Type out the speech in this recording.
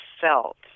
felt